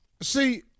See